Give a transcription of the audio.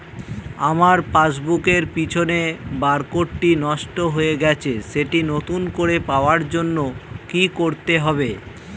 আমার পাসবুক এর পিছনে বারকোডটি নষ্ট হয়ে গেছে সেটি নতুন করে পাওয়ার জন্য কি করতে হবে?